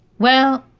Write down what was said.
well,